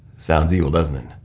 sounds evil doesn't it?